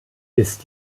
ist